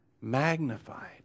magnified